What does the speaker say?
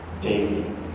daily